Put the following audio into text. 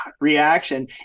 reaction